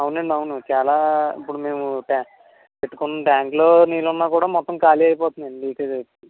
అవునండి అవును చాలా ఇప్పుడు మేము పే పెట్టుకున్న ట్యాంక్లో నీళ్ళు ఉన్న కూడా మొత్తం ఖాళీ అయిపోతున్నాయి అండి లీకేజ్ అయిపోయి